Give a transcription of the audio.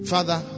Father